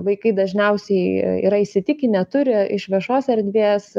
vaikai dažniausiai yra įsitikinę turi iš viešos erdvės